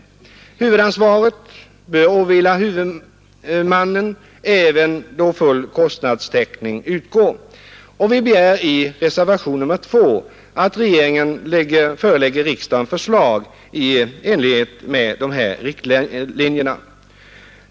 Huvudansvaret bör åvila huvudmannen, även då full kostnadstäckning utgår. Och vi begär i reservationen 2 att regeringen förelägger riksdagen förslag i enlighet med dessa riktlinjer.